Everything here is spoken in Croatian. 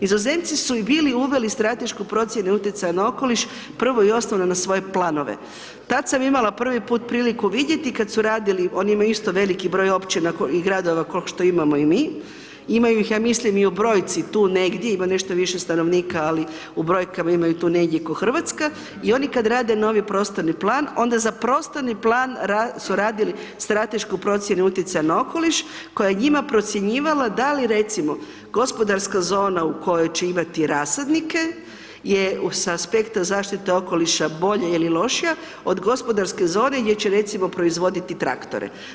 Nizozemci su i bili uveli stratešku procjenu utjecaja na okoliš prvo i osnovno na svoje planove, tad sam imala prvi put priliku vidjeti kad su radili, oni imaju isto veliki broj općina i gradova ko što imamo i mi, imaju ih ja mislim i u brojci tu negdje, ima nešto više stanovnika, ali u brojkama imaju tu negdje ko Hrvatska i oni kad rade novi prostorni plan, onda za prostorni plan su radili stratešku procjenu utjecaja na okoliš koja je njima procjenjivala da li recimo, gospodarska zona u kojoj će imati rasadnike je s aspekta zaštite okoliša bolja ili lošija od gospodarske zone gdje će recimo proizvoditi traktore.